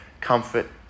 comfort